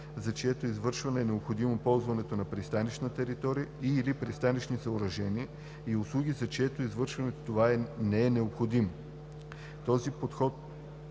за чието извършване е необходимо ползването на пристанищна територия и/или пристанищни съоръжения, и услуги, за чието извършване това не е необходимо. Този подход